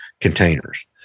containers